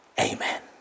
Amen